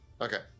Okay